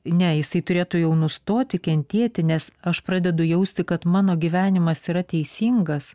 ne jisai turėtų jau nustoti kentėti nes aš pradedu jausti kad mano gyvenimas yra teisingas